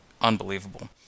unbelievable